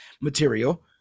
material